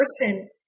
person